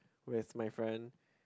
with my friend